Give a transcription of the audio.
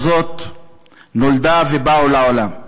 נולדה ובאה לעולם.